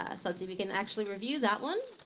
ah so see we can actually review that one.